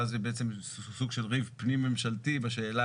ואז זה בעצם סוג של ריב פנים ממשלתי בשאלה